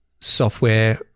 software